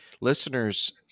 listeners